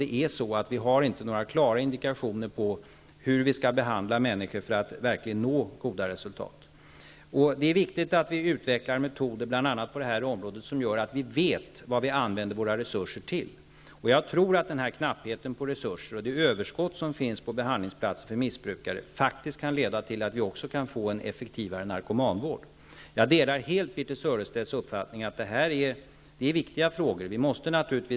Det finns inga klara indikationer på hur vi skall behandla människor för att verkligen nå goda resultat. Det är viktigt att vi utvecklar metoder, bl.a. på det här området, som gör att vi vet vad vi använder våra resurser till. Jag tror att knappheten på resurser och överskottet på behandlingsplatser för missbrukare kan leda till att vi också kan få en effektivare narkomanvård. Jag delar helt Birthe Sörestedts uppfattning att det här är viktiga frågor.